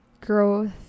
growth